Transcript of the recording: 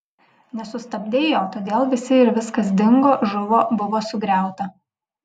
nesustabdei jo todėl visi ir viskas dingo žuvo buvo sugriauta